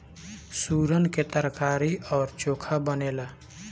सुरन के तरकारी अउरी चोखा बनेला